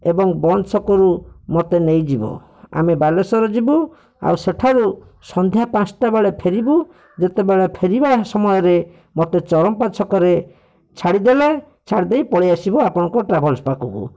ଏବଂ ବନ୍ତ ଛକରୁ ମୋତେ ନେଇଯିବ ଆମେ ବାଲେଶ୍ଵର ଯିବୁ ଅଉ ସେଠାରୁ ସନ୍ଧ୍ୟା ପାଞ୍ଚଟା ବେଳେ ଫେରିବୁ ଯେତେବେଳେ ଫେରିବା ସମୟରେ ମୋତେ ଚରମ୍ପା ଛକରେ ଛାଡ଼ି ଦେଲେ ଛାଡ଼ିଦେଇ ପଳି ଆସିବ ଆପଣଙ୍କ ଟ୍ରାଭେଲ୍ସ ପାଖକୁ